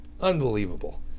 Unbelievable